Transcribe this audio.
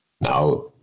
Now